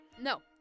no